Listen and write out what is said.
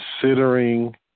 considering